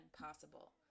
possible